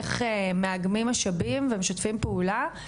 איך מאגמים משאבים ומשתפים פעולה,